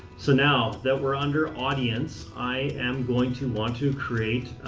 so now that we're under audience, i am going to want to create